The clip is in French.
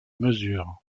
mesures